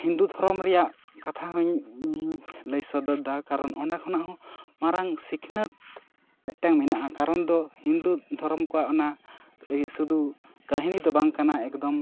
ᱦᱤᱱᱫᱩ ᱫᱷᱚᱨᱚᱢ ᱨᱮᱭᱟᱜ ᱠᱟᱛᱷᱟ ᱦᱚᱧ ᱤᱧ ᱦᱚᱧ ᱞᱟᱹᱭ ᱥᱚᱫᱚᱨ ᱫᱟ ᱠᱟᱨᱚᱱ ᱚᱸᱰᱮ ᱠᱷᱚᱱᱟᱜ ᱦᱚᱸ ᱢᱟᱨᱟᱝ ᱥᱤᱠᱱᱟᱹᱛ ᱢᱤᱫᱴᱮᱱ ᱢᱮᱱᱟᱜᱼᱟ ᱠᱟᱨᱚᱱ ᱫᱚ ᱦᱤᱱᱫᱩ ᱫᱷᱚᱨᱚᱢ ᱠᱚᱣᱟᱜ ᱚᱱᱟ ᱤᱭᱟᱹ ᱥᱩᱫᱩ ᱠᱟᱹᱦᱤᱱᱤ ᱫᱚ ᱵᱟᱝ ᱠᱟᱱᱟ ᱮᱠᱫᱚᱢ